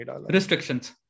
restrictions